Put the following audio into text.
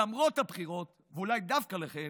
למרות הבחירות, ואולי דווקא לכן,